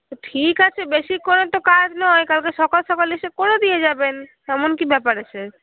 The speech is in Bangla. ঠিক আছে বেশিক্ষণের তো কাজ নয় কালকে সকাল সকাল এসে করে দিয়ে যাবেন এমন কি ব্যাপার আছে